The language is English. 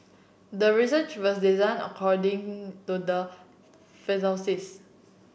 the research was designed according to the